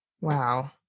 Wow